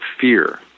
fear